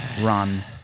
run